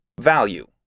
value